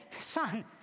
son